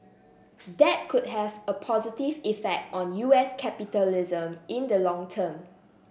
that could have a positive effect on U S capitalism in the long term